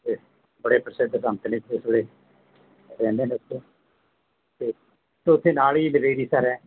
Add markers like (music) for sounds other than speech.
ਅਤੇ ਬੜੇ ਪ੍ਰਸਿੱਧ ਉੱਥੋਂ ਦੇ ਰਹਿੰਦੇ ਨੇ ਉੱਥੇ ਅਤੇ ਉੱਥੇ ਨਾਲ ਹੀ (unintelligible) ਹੈ